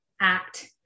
act